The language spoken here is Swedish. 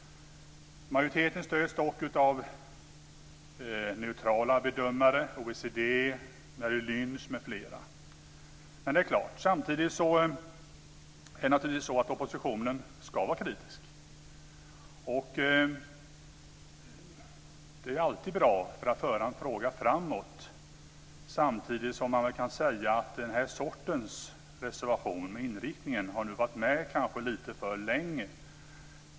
Majoriteten stöds dock av neutrala bedömare som OECD, Merrill Men det är klart att oppositionen naturligtvis ska vara kritisk. Det är alltid bra för att en fråga ska föras framåt. Samtidigt kan man väl säga att den här sortens reservation om inriktningen kanske har varit med lite för länge.